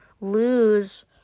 lose